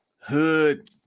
hood